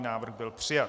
Návrh byl přijat.